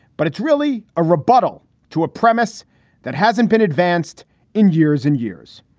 but it's really a rebuttal to a premise that hasn't been advanced in years and years.